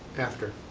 after.